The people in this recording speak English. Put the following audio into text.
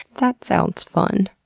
that sounds fun.